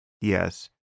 Yes